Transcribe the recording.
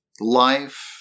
life